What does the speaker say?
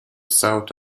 south